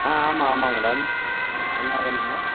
ஆ ஆமாம் ஆமாம் மேடம் ஆ என்ன வேணும் மேடம்